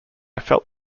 felt